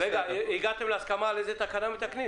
הגעתם להסכמה איזה תקנה מתקנים?